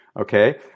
Okay